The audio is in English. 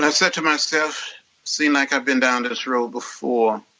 i said to myself, seems like i've been down this road before,